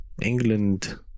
england